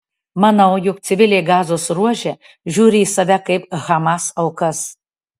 manau jog civiliai gazos ruože žiūri į save kaip hamas aukas